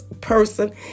person